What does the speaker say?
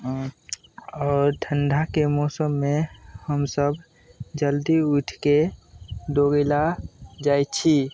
आओर ठण्डाके मौसममे हमसब जल्दी उठिके दौड़ेलए जाइ छी